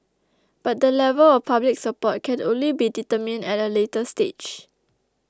but the level of public support can only be determined at a later stage